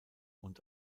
und